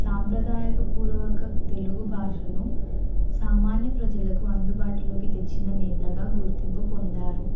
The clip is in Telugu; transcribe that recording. సాంప్రదాయక పూర్వక తెలుగు భాషను సామాన్య ప్రజలకు అందుబాటులోకి తెచ్చిన నేతగా గుర్తింపు పొందారు